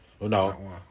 No